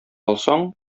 алсаң